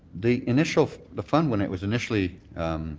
the initial the fund, when it was initially